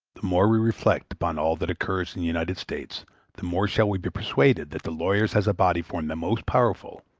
the more we reflect upon all that occurs in the united states the more shall we be persuaded that the lawyers as a body form the most powerful,